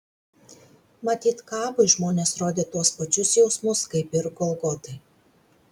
matyt kapui žmonės rodė tuos pačius jausmus kaip ir golgotai